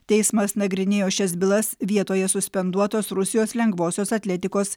teismas nagrinėjo šias bylas vietoje suspenduotos rusijos lengvosios atletikos